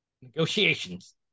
Negotiations